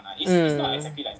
mm